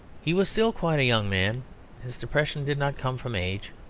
he was still quite a young man his depression did not come from age.